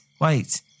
wait